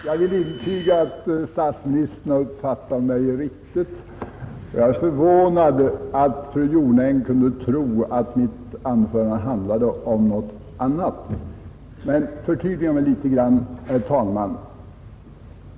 Herr talman! Jag vill intyga att statsministern har uppfattat mig riktigt. Jag är förvånad över att fru Jonäng kunde tro att mitt anförande handlade om något annat. Jag vill förtydliga mig litet, herr talman.